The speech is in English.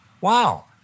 wow